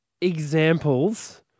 examples